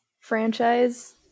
franchise